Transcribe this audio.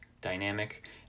dynamic